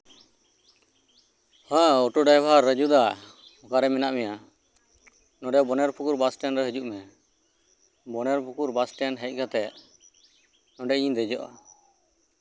ᱦᱮᱸ auto driver Raju ᱫᱟ ᱚᱠᱟᱨᱮ ᱢᱮᱱᱟᱜ ᱢᱮᱭᱟ ᱱᱚᱰᱮ ᱵᱚᱱᱮᱨ ᱯᱩᱠᱩᱨ ᱵᱟᱥᱴᱮᱱᱰ ᱨᱮ ᱦᱤᱡᱩᱜ ᱢᱮ ᱵᱚᱱᱮᱨ ᱯᱩᱠᱩᱨ ᱵᱟᱥᱴᱮᱱᱰ ᱦᱮᱡ ᱠᱟᱛᱮᱜ ᱚᱱᱰᱮ ᱤᱧ ᱫᱮᱡᱚᱜᱼᱟ